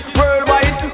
worldwide